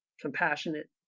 compassionate